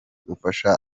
ufasha